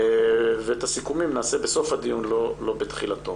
את הסיכומים נעשה בסוף הדיון ולא בתחילתו.